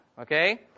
okay